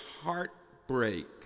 heartbreak